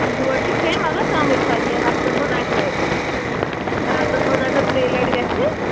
گٲڈ چھِ کھیٚنۍ مگر کمٕے سۄ تہِ ہفتس منٛز اکہِ لٹہِ ریٚتس منٛز اگر ترٛیٚیہِ لٹہِ گژھِ